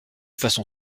façon